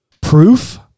proof